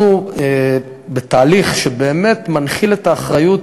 אנחנו בתהליך שמנחיל את האחריות